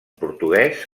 portuguès